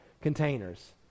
containers